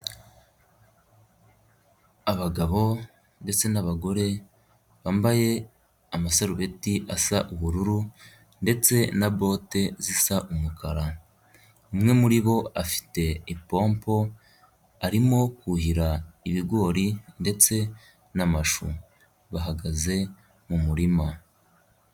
Abagabo ndetse n'abagore bambaye amasarubeti asa ubururu ndetse na bote zisa umukara, umwe muri bo afite ipompo arimo kuhira ibigori ndetse n'amashu bahagaze mu murima.